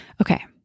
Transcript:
Okay